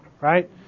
right